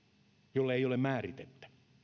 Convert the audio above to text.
jolle ei ole määritettä